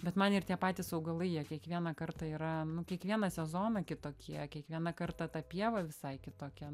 bet man ir tie patys augalai jie kiekvieną kartą yra kiekvieną sezoną kitokie kiekvieną kartą ta pieva visai kitokia